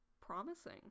Promising